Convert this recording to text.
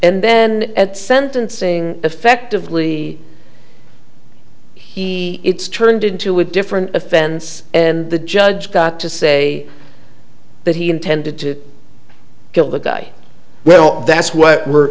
and then at sentencing effectively he it's turned into a different offense and the judge got to say that he intended to kill that guy well that's what we're